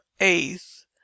eighth